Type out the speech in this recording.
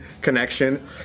connection